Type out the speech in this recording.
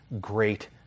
great